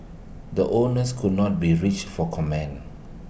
the owners could not be reached for comment